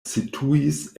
situis